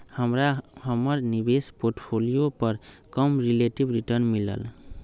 हमरा हमर निवेश पोर्टफोलियो पर कम रिलेटिव रिटर्न मिलल